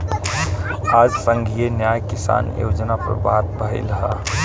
आज संघीय न्याय किसान योजना पर बात भईल ह